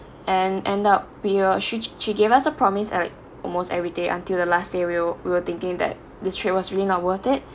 and end up we were she she gave us a promise at like almost every day until the last day we're we're thinking that the trip was really not worth it